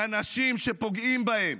לנשים שפוגעים בהן,